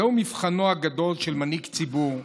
זהו מבחנו הגדול של מנהיג ציבור,